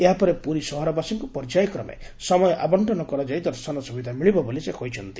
ଏହାପରେ ପୁରୀ ସହରବାସୀଙ୍କୁ ପର୍ଯ୍ୟାୟକ୍ରମେ ସମୟ ଆବଙ୍କନ କରାଯାଇ ଦର୍ଶନ ସୁବିଧା ମିଳିବ ବୋଲି ସେ କହିଛନ୍ତି